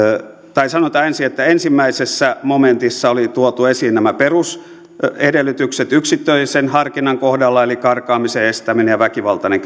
tai sanotaan ensin että ensimmäisessä momentissa oli tuotu esiin nämä perusedellytykset yksittäisen harkinnan kohdalla eli karkaamisen estäminen ja väkivaltainen